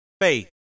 faith